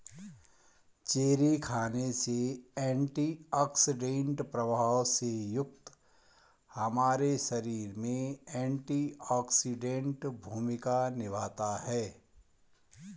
cherry खाने से antioxidant प्रभाव से युक्त हमारे शरीर में एंटीऑक्सीडेंट भूमिका निभाता है